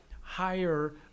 higher